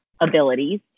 abilities